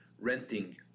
renting